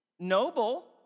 Noble